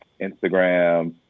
Instagram